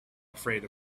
afraid